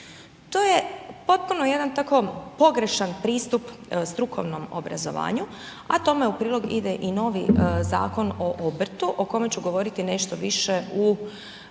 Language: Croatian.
To je potpuno jedan tako pogrešan pristup strukovnom obrazovanju, a tome u prilog ide i novi Zakon o obrtu, o kome ću govoriti nešto više u svom